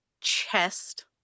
chest